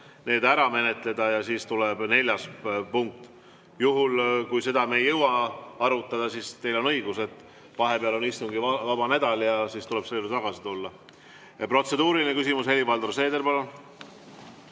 ära menetleda ja siis tuleb neljas punkt. Juhul kui me seda ei jõua arutada, siis teil on õigus, et vahepeal on istungivaba nädal ja siis tuleb selle juurde tagasi tulla. Protseduuriline küsimus. Helir-Valdor Seeder,